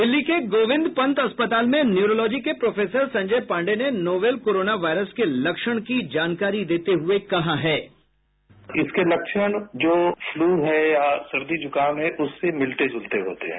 दिल्ली के गोबिन्द पन्त अस्पताल में न्यूरोलॉजी के प्रोफेसर संजय पाण्डे ने नोवेल कोरोना वायरस के लक्षण की जानकारी देते हुए कहा साउंड बाईट इसके लक्ष्य जो फ्लू है या सर्दी जुखाम है उससे मिलते जुलते होते हैं